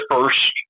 first